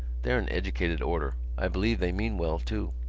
they're an educated order. i believe they mean well, too.